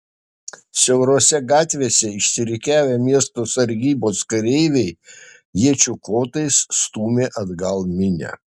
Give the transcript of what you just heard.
siaurose gatvėse išsirikiavę miesto sargybos kareiviai iečių kotais stūmė atgal minią